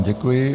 Děkuji.